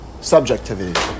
subjectivity